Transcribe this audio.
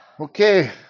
Okay